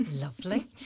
Lovely